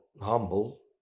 humble